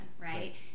Right